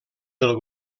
del